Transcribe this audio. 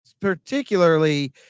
particularly